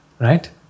right